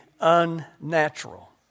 unnatural